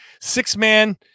Six-man